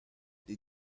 they